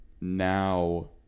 now